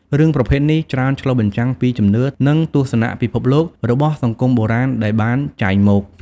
រឿងប្រភេទនេះច្រើនឆ្លុះបញ្ចាំងពីជំនឿ និងទស្សនៈពិភពលោករបស់សង្គមបុរាណដែលបានចែងមក ។